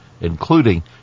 including